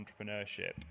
entrepreneurship